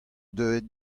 deuet